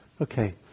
Okay